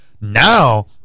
now